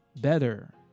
better